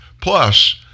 plus